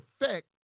effect